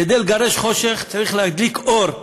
כדי לגרש חושך צריך להדליק אור,